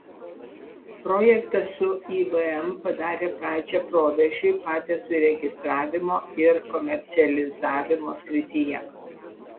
projektas su ibm padarė pradžią proveržiui patentų įregistravimo ir komercializavimo srityje